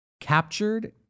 captured